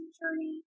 journey